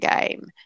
game